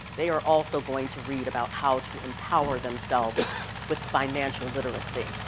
they are also going to read about how to empower themselves with financial literacy.